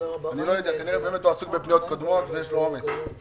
כנראה הוא עסוק בפניות קודמות ויש עליו עומס.